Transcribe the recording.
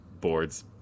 boards